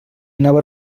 anava